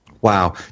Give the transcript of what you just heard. Wow